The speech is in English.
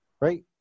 right